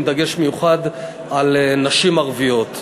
עם דגש מיוחד על נשים ערביות.